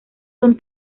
son